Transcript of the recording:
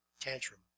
tantrum